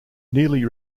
nearly